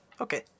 Okay